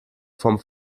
vom